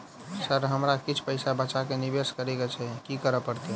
Sir हमरा किछ पैसा बचा कऽ निवेश करऽ केँ छैय की करऽ परतै?